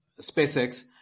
SpaceX